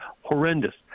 horrendous